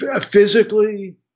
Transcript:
Physically